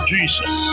Jesus